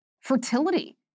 fertility